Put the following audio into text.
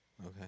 Okay